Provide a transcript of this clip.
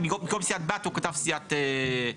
במקום סיעת בת הוא כתב סיעה עצמאית.